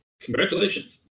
Congratulations